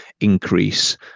increase